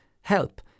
help